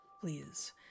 please